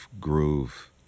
groove